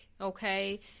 okay